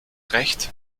recht